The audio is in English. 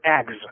eggs